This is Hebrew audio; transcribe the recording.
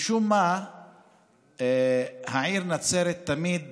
משום מה העיר נצרת תמיד